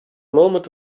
moment